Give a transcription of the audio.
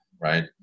right